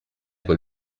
quel